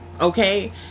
Okay